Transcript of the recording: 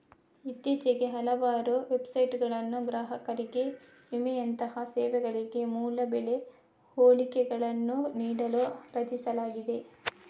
ಇತ್ತೀಚೆಗೆ ಹಲವಾರು ವೆಬ್ಸೈಟುಗಳನ್ನು ಗ್ರಾಹಕರಿಗೆ ವಿಮೆಯಂತಹ ಸೇವೆಗಳಿಗೆ ಮೂಲ ಬೆಲೆ ಹೋಲಿಕೆಗಳನ್ನು ನೀಡಲು ರಚಿಸಲಾಗಿದೆ